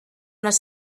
les